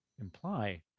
imply